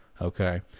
Okay